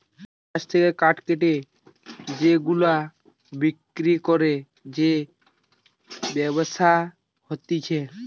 গাছ থেকে কাঠ কেটে সেগুলা বিক্রি করে যে ব্যবসা হতিছে